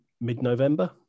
mid-November